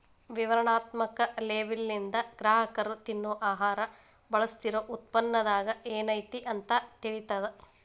ವಿವರಣಾತ್ಮಕ ಲೇಬಲ್ಲಿಂದ ಗ್ರಾಹಕರ ತಿನ್ನೊ ಆಹಾರ ಬಳಸ್ತಿರೋ ಉತ್ಪನ್ನದಾಗ ಏನೈತಿ ಅಂತ ತಿಳಿತದ